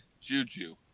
Juju